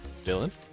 Dylan